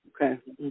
Okay